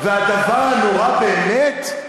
והדבר הנורא באמת,